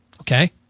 okay